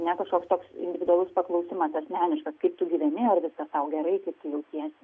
ne kažkoks toks individualus paklausimas asmeniškas kaip tu gyveni ar viskas gerai kaip jautiesi